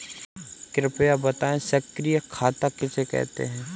कृपया बताएँ सक्रिय खाता किसे कहते हैं?